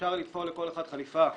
שאפשר לתפור לכל אחד חליפה,